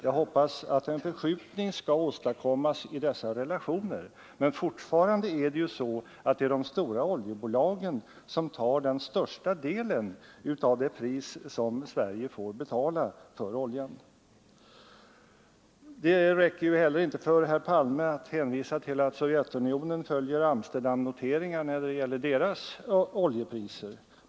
Jag hoppas att en förskjutning skall åstadkommas i dessa relationer, men fortfarande är det så att de stora oljebolagen tar den största delen av det pris som Sverige får betala för oljan. Det räcker heller inte för herr Palme att hänvisa till att Sovjetunionen följer Amsterdamnoteringar när det gäller dess oljepriser.